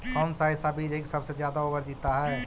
कौन सा ऐसा बीज है की सबसे ज्यादा ओवर जीता है?